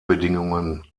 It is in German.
bedingungen